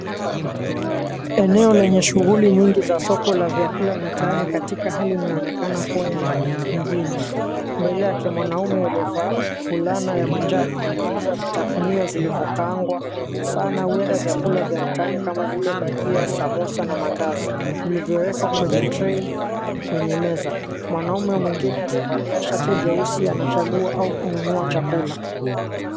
Eneo lenye shughuli nyingi za soko la vyakula mitaani katika hali inayoonekana kuwa ya mijini. Mbele yake mwanaume aliyevaa fulana ya manjano anauza vitafunio vilivyokaangwa sana, huenda vyakula vya mtaani kama vile bagia, samosa na mandazi vilivyowekwa kwenye trei kwenye meza. Mwanaume mwingine aliyevaa shati jeusi anachagua au kununua chakula.